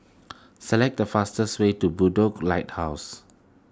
select the fastest way to Bedok Lighthouse